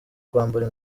kwambara